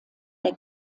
der